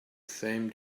same